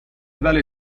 بلایی